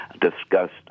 discussed